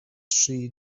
dri